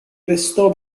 restò